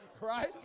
Right